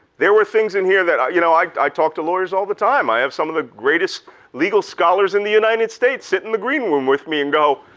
there were things in here that, you know, i i talk to lawyers all the time. i have some of the greatest legal scholars in the united states sit in the green room with me and go,